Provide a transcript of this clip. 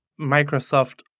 Microsoft